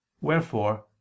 wherefore